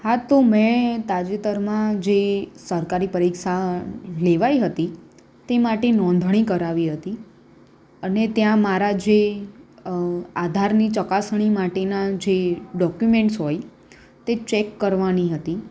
હા તો મેં તાજેતરમાં જે સરકારી પરીક્ષા લેવાઈ હતી તે માટે નોંધણી કરાવી હતી અને ત્યાં મારા જે આધારની ચકાસણી માટેના જે ડોક્યુમેન્ટ્સ હોય તે ચેક કરવાની હતી